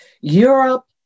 Europe